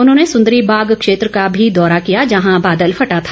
उन्होंने सुंदरी बाग क्षेत्र का भी दौरा किया जहां बादल फटा था